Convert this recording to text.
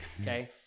Okay